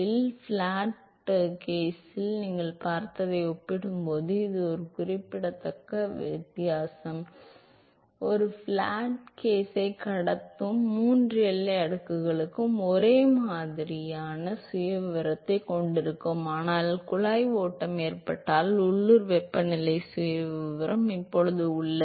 எனவே flat plate கேஸில் நீங்கள் பார்த்ததை ஒப்பிடும்போது இது ஒரு குறிப்பிடத்தக்க வித்தியாசம் ஒரு பிளாட் பிளேட் கேஸைக் கடந்தும் மூன்று எல்லை அடுக்குகளும் ஒரே மாதிரியான சுயவிவரத்தைக் கொண்டிருக்கும் ஆனால் குழாய் ஓட்டம் ஏற்பட்டால் உள்ளூர் வெப்பநிலை சுயவிவரம் இப்போது உள்ளது